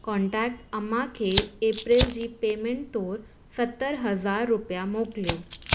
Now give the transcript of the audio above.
contact अम्मा खे April जी पेमेंट तौरु सतरि हज़ार रुपिया मोकिलियो